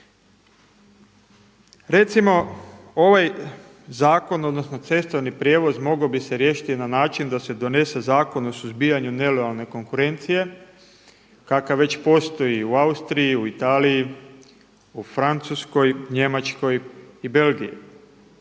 Recimo ovaj zakon, odnosno cestovni prijevoz mogao bi se riješiti na način da se donese Zakon o suzbijanju nelojalne konkurencije kakav već postoji u Austriji, u Italiji, u Francuskoj, Njemačkoj i Belgiji.